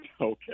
Okay